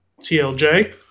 TLJ